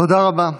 תודה רבה,